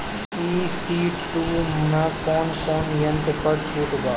ई.सी two मै कौने कौने यंत्र पर छुट बा?